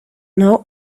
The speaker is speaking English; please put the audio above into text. know